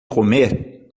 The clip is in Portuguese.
comer